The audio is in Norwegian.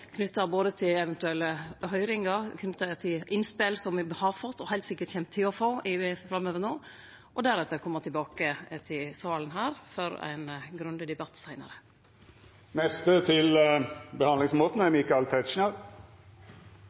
til både eventuelle høyringar og innspel som me har fått, og heilt sikkert kjem til å få framover – og deretter kome tilbake til salen for ein grundig debatt